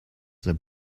their